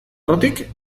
errotik